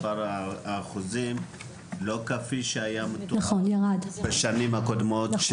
מספר האחוזים לא כפי שהיה מדובר בשנים הקודמות,